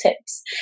tips